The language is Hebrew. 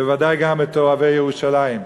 בוודאי גם את אוהבי ירושלים.